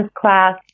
class